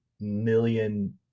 million